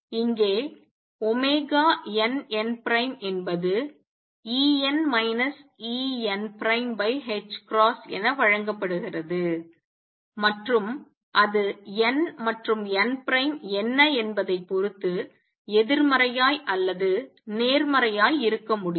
இங்கே nn என்பது En En ℏ என வழங்கப்படுகிறது மற்றும் அது n மற்றும் n' என்ன என்பதை பொறுத்து எதிர்மறையாய் அல்லது நேர்மறையாய் இருக்க முடியும்